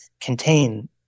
contain